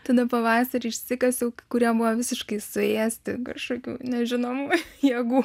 tada pavasarį išsikasiau kurie buvo visiškai suėsti kažkokių nežinomų jėgų